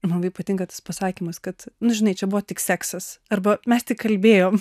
žmogui patinka tas pasakymas kad nu žinai čia buvo tik seksas arba mesti kalbėjom